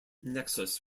nexus